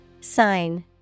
Sign